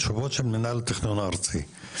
תשובות של מנהל התכנון הארצי.